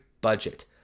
budget